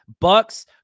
bucks